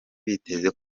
biteze